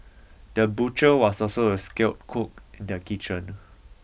the butcher was also a skilled cook in the kitchen